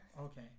Okay